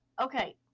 okay